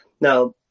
Now